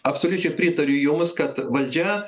absoliučiai pritariu jums kad valdžia